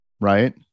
right